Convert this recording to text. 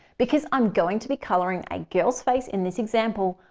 because i'm going to be coloring a girl's face in this example.